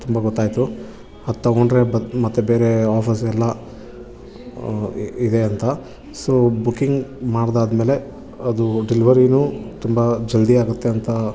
ತುಂಬ ಗೊತ್ತಾಯಿತು ಅದು ತಗೊಂಡರೆ ಬತ್ ಮತ್ತೆ ಬೇರೆ ಆಫರ್ಸ್ ಎಲ್ಲ ಇದೆ ಅಂತ ಸೊ ಬುಕಿಂಗ್ ಮಾಡಿದ್ದಾದ್ಮೇಲೆ ಅದು ಡಿಲ್ವರಿನೂ ತುಂಬ ಜಲ್ದಿ ಆಗುತ್ತೆ ಅಂತ